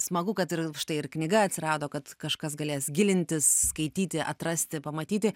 smagu kad ir štai ir knyga atsirado kad kažkas galės gilintis skaityti atrasti pamatyti